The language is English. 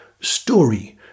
story